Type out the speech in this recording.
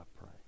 pray